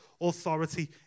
authority